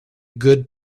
good